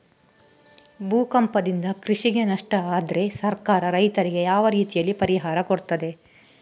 ಭೂಕಂಪದಿಂದ ಕೃಷಿಗೆ ನಷ್ಟ ಆದ್ರೆ ಸರ್ಕಾರ ರೈತರಿಗೆ ಯಾವ ರೀತಿಯಲ್ಲಿ ಪರಿಹಾರ ಕೊಡ್ತದೆ?